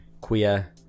queer